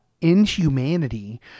inhumanity